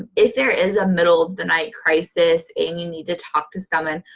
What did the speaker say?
if there is a middle-of-the-night crisis, and you need to talk to someone,